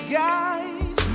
guys